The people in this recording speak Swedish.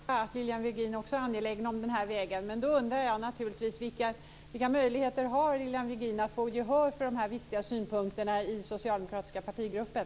Fru talman! Det var skönt att höra att Lilian Virgin också är angelägen om den här vägen. Men då undrar jag naturligtvis: Vilka möjligheter har Lilian Virgin att få gehör för dessa viktiga synpunkter i den socialdemokratiska partigruppen?